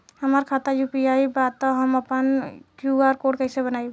हमार खाता यू.पी.आई बा त हम आपन क्यू.आर कोड कैसे बनाई?